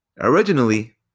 Originally